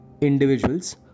individuals